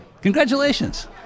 Congratulations